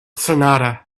sonata